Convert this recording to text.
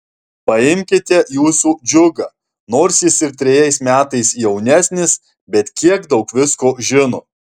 paimkite jūsų džiugą nors jis ir trejais metais jaunesnis bet kiek daug visko žino